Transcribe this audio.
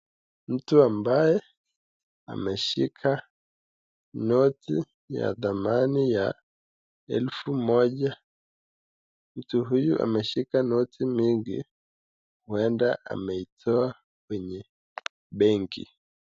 Mtu ambaye ameshika noti ya thamani ya elfu moja. Mtu huyu ameshika noti mingi huenda ameitoa kwenye benki.